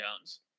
Jones